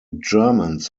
germans